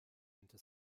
into